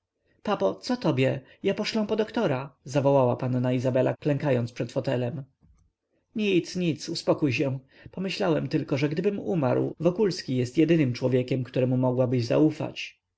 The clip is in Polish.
płakać papo co tobie ja poszlę po doktora zawołała panna izabela klękając przed fotelem nic nic uspokój się pomyślałem tylko że gdybym umarł wokulski jest jedynym człowiekiem któremu mogłabyś zaufać